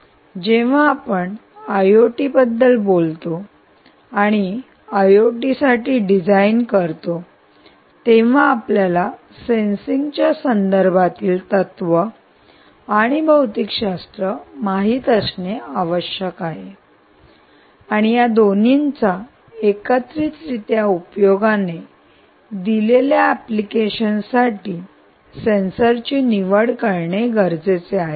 जेव्हा आपण आयओटीबद्दल बोलतो आणि आयओटीसाठी डिझाइन करतो तेव्हा आपल्याला सेन्सिंगच्या संदर्भातील तत्व आणि भौतिकशास्त्र माहित असणे आवश्यक आहे आणि या दोन्हींच्या एकत्रितरीत्या उपयोगाने दिलेल्या एप्लीकेशन साठी सेन्सरची निवड करणे गरजेचे आहे